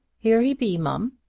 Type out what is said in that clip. here he be, mum.